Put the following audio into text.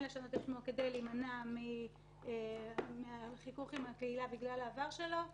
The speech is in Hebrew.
לשנות את שמו כדי להימנע מחיכוך עם הקהילה בגלל העבר שלו,